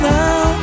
now